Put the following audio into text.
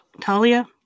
Talia